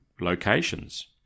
locations